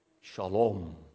shalom